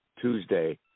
tuesday